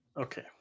Okay